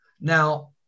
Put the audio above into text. Now